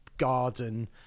garden